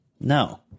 No